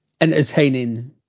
entertaining